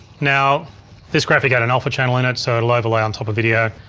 now this graphic had an alpha channel in it so it'll overlay on top of video.